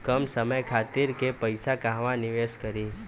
कम समय खातिर के पैसा कहवा निवेश करि?